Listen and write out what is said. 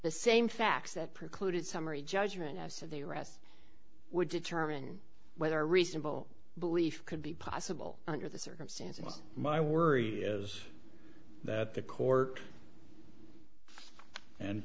the same facts that precluded summary judgment as to the rest would determine whether reasonable belief could be possible under the circumstances my worry is that the court and